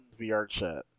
VRChat